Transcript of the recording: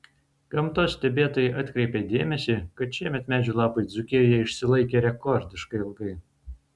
gamtos stebėtojai atkreipė dėmesį kad šiemet medžių lapai dzūkijoje išsilaikė rekordiškai ilgai